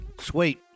sweet